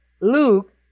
Luke